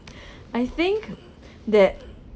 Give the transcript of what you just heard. I think that